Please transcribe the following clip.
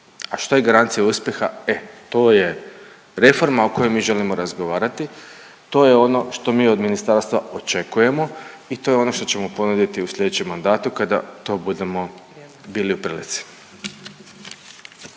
A što je garancija uspjeha? E to je reforma o kojoj mi želimo razgovarati, to je ono što mi od ministarstva očekujemo i to je ono što ćemo ponuditi u slijedećem mandatu kada to budemo bili u prilici.